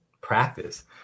practice